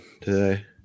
today